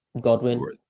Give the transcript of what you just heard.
Godwin